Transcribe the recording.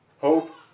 hope